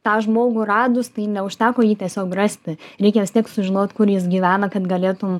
tą žmogų radus tai neužteko jį tiesiog rasti reikia vis tiek sužinot kur jis gyvena kad galėtum